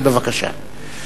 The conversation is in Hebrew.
בבקשה.